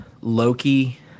Loki